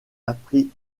appris